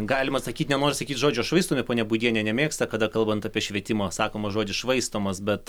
galima sakyt nenoriu sakyt žodžio švaistomi ponia būdienė nemėgsta kada kalbant apie švietimo sakoma žodis švaistomas bet